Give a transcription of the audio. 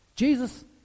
Jesus